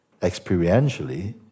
Experientially